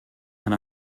and